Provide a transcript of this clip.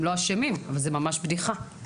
הם לא אשמים אבל זה ממש בדיחה.